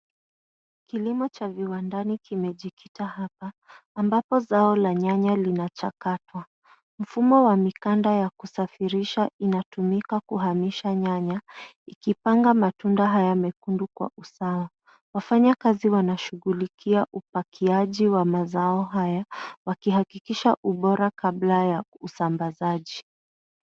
Kilimo cha viwandani kimejikita hapa ambapo zao la nyanya linachakatwa. Mfumo wa mikanda ya kusafirisha inatumika kuhamisha nyanya ikipanga matunda haya mekundu kwa usawa. Wafanyakazi wanashughulikia upakiaji wa mazao haya wakihakikisha ubora kabla ya usambazaji.